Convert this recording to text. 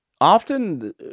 often